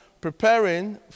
preparing